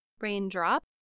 raindrop